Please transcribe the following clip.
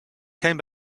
came